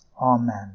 Amen